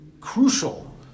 crucial